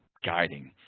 guiding.